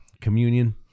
Communion